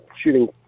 shooting